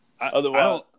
Otherwise